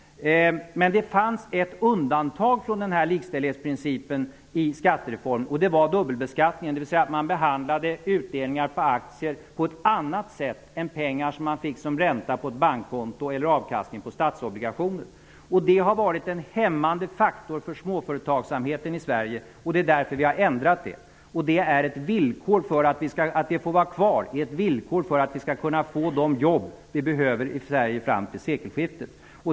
Det fanns ett undantag från likställighetsprincipen i skattereformen. Det var dubbelbeskattningen, dvs. att man behandlade utdelningar på aktier på ett annat sätt än pengar som man fick som ränta på ett bankkonto eller avkastning på statsobligationer. Det har varit en hämmande faktor för småföretagsamheten i Sverige, och det är därför vi har ändrat det. Att reformen får vara kvar är ett villkor för att vi skall kunna få de jobb vi behöver i Sverige fram till sekelskiftet.